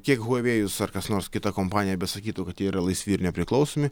kiek huavėjus ar kas nors kita kompanija besakytų kad jie yra laisvi ir nepriklausomi